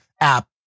app